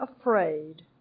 afraid